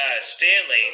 Stanley